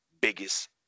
biggest